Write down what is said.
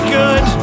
good